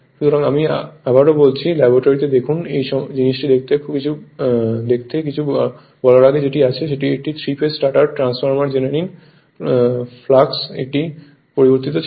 সুতরাং আমি আবারও বলছি ল্যাবরেটরিতে দেখুন শুধু এই জিনিসটি দেখতে এবং কিছু বলার আগে যেটি আছে এটি একটি 3 ফেজ স্ট্যাটার ট্রান্সফরমারে জেনে নিন ফ্লাক্স একটি সময় পরিবর্তিত ছিল